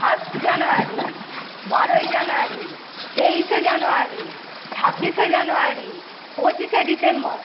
first January বারোই January তেইশে January ছাব্বিশে জানুয়ারি পঁচিশে ডিসেম্বর